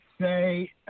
say